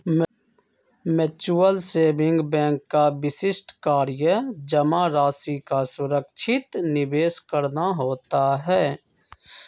mutual saving bank का विशिष्ट कार्य जमा राशि का सुरक्षित निवेश करना होता है